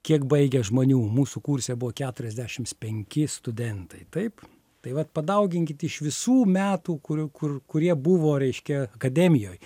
kiek baigė žmonių mūsų kurse buvo keturiasdešimts penki studentai taip tai vat padauginkit iš visų metų kur kur kurie buvo reiškia akademijoj